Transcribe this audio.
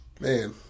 man